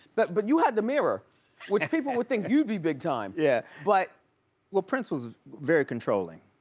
but but you had the mirror which people would think you'd be big time. yeah, but well prince was very controlling,